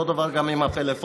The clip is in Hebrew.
אותו דבר גם עם הפלאפונים,